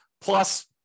plus